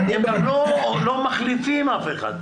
הם גם לא מחליפים אף אחד.